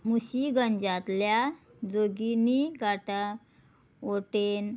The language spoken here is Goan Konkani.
मुशीगंजातल्या जोगिनी गाटा वटेन